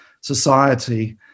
society